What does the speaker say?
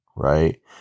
Right